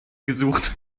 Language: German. gesucht